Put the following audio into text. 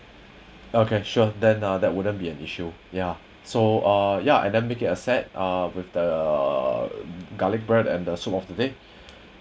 okay sure then uh that wouldn't be an issue ya so uh ya and then make it a set uh with the garlic bread and the soup of the day